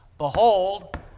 Behold